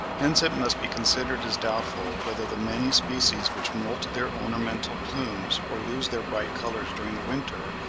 hence it must be considered as doubtful whether the many species which moult their ornamental plumes or lose their bright colours during the winter,